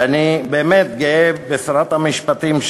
ואני באמת גאה בשרת המשפטים,